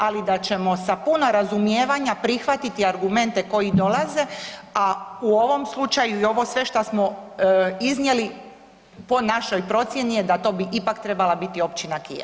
Ali da ćemo sa puno razumijevanja prihvatiti argumente koji dolaze, a u ovom slučaju i ovo sve što smo iznijeli po našoj procjeni je da to bi ipak trebala biti općina Kijevo.